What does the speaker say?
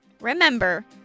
Remember